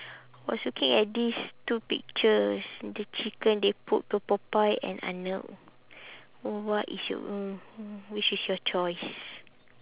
was looking at these two pictures the chicken they put the popeye and arnold so what is your mm mm which is your choice